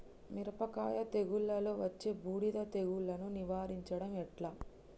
మిరపకాయ తెగుళ్లలో వచ్చే బూడిది తెగుళ్లను నివారించడం ఎట్లా?